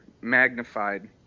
magnified